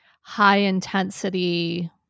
high-intensity